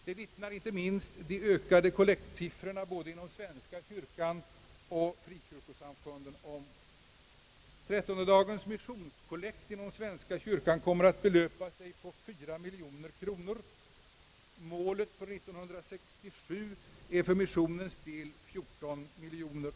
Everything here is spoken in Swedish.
Därom vittnar inte minst de ökade kollektsiffrorna såväl inom svenska kyrkan som frikyrkosamfunden. Trettondagens kollekt inom svenska kyrkan gav 4 miljoner kronor. Målet för 1967 är för missionernas del 14 miljoner.